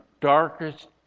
darkest